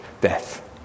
death